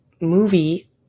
movie